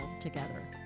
together